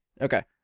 Okay